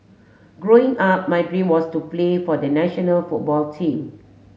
Growing Up my dream was to play for the national football team